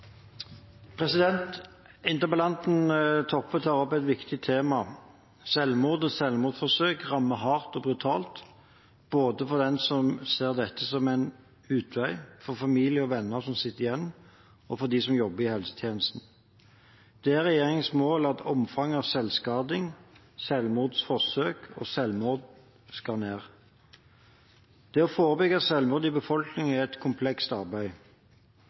Interpellanten Toppe tar opp et viktig tema. Selvmord og selvmordsforsøk rammer hardt og brutalt, både for den som ser dette som en utvei, for familie og venner som sitter igjen, og for dem som jobber i helsetjenesten. Det er regjeringens mål at omfanget av selvskading, selvmordsforsøk og selvmord skal ned. Å forebygge selvmord i befolkningen er et komplekst arbeid.